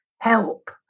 help